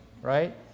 right